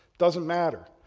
doesn't matter.